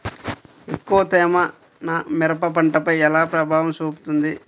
ఎక్కువ తేమ నా మిరప పంటపై ఎలా ప్రభావం చూపుతుంది?